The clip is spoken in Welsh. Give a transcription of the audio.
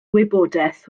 wybodaeth